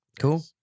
Cool